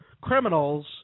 criminals